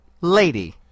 Lady